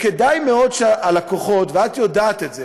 כדאי מאוד שהלקוחות, ואת יודעת את זה,